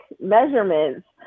measurements